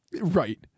Right